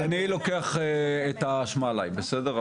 אני לוקח את האשמה עליי, בסדר?